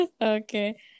Okay